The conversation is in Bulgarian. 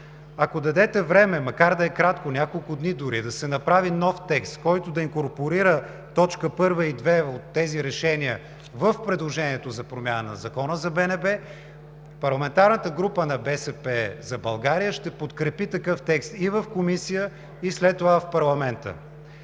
ако дадете време, макар да е кратко – няколко дни дори, да се направи нов текст, който да инкорпорира т.1 и 2 от тези решения в предложението за промяна на Закона за БНБ, парламентарната група на „БСП за България“ ще подкрепи такъв текст и в Комисията, и след това в парламента.